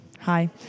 hi